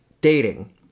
dating